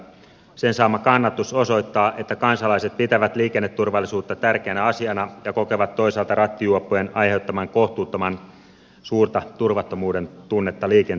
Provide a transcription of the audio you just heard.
sen saama kannatus osoittaa että kansalaiset pitävät liikenneturvallisuutta tärkeänä asiana ja kokevat toisaalta rattijuoppojen aiheuttavan kohtuuttoman suurta turvattomuuden tunnetta liikenteessä